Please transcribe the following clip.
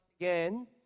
again